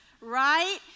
right